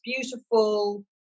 beautiful